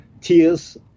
tears